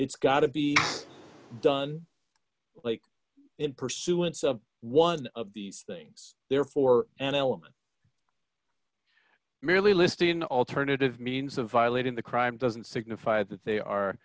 it's got to be done like in pursuance of one of these things therefore an element merely listing an alternative means of violating the crime doesn't signify that they are